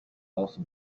also